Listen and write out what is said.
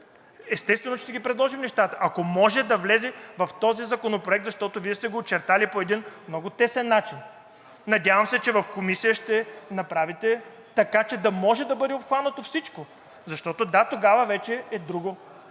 Естествено, че ще ги предложим нещата – ако може да влезе в този законопроект, защото Вие сте го очертали по един много тесен начин. Надявам се, че в Комисията ще направите така, че да може да бъде обхванато всичко. Защото – да, тогава вече е друго.